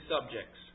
subjects